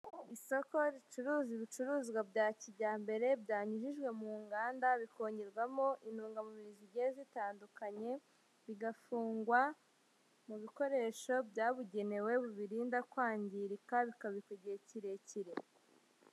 Isoko ricuruza ibicuruzwa bya kijyambere, byanyujijwe mu nganda, bikongerwamo intungamubiri zigiye zitandukanye, bigafungwa mu bikoresho byabugenewe, bibirinda kwangirika, bikabikwa igihe kirekire.